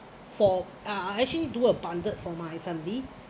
for ah I actually do a bundle for my family